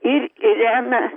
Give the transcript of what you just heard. ir ireną